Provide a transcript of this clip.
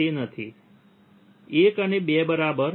1 અને 2 બરાબર